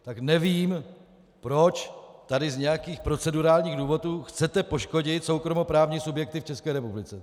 Tak nevím, proč tady z nějakým procedurálních důvodů chcete poškodit soukromoprávní subjekty v České republice.